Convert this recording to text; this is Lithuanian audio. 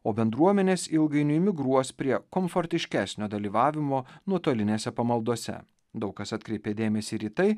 o bendruomenės ilgainiui migruos prie komfortiškesnio dalyvavimo nuotolinėse pamaldose daug kas atkreipė dėmesį ir į tai